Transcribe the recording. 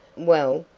well,